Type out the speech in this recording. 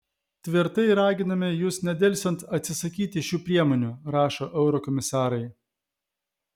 tvirtai raginame jus nedelsiant atsisakyti šių priemonių rašo eurokomisarai